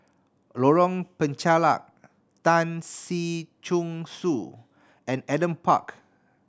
Lorong Penchalak Tan Si Chong Su and Adam Park